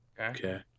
Okay